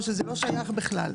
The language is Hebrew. או שזה לא שייך בכלל?